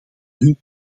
hun